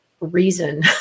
reason